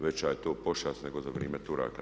Veća je to pošast nego za vrijeme Turaka.